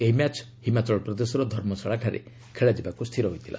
ଏହି ମ୍ୟାଚ୍ ହିମାଚଳ ପ୍ରଦେଶର ଧର୍ମଶାଳାଠାରେ ଖେଳାଯିବାକୁ ସ୍ଥିର ହୋଇଥିଲା